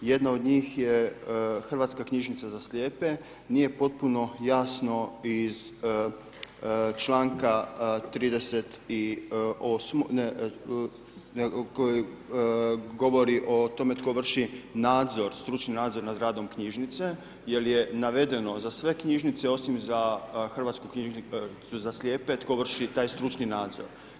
Jedna od njih je Hrvatska knjižnica za slijepe, nije potpuno jasno iz članka 38., koji govori o tome tko vrši nadzor stručni nadzor nad radom knjižnice, jer je navedeno za sve knjižnice, osim za Hrvatsku knjižnicu za slijepe, tko vrši taj stručni nadzor.